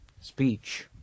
speech